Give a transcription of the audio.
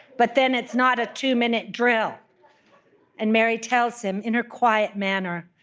but then it's not a two-minute drill and mary tells him, in her quiet manner,